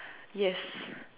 yes